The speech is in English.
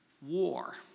war